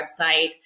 website